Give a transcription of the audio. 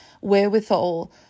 wherewithal